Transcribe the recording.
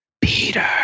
Peter